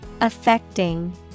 Affecting